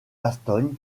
bastogne